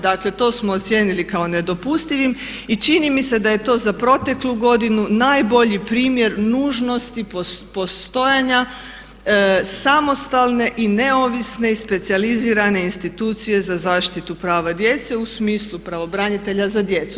Dakle to smo ocijenili kao nedopustivim i čini mi se da je to za proteklu godinu najbolji primjer nužnosti postojanja samostalne i neovisne i specijalizirane institucije za zaštitu prava djece u smislu pravobranitelja za djecu.